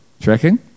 Tracking